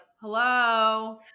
hello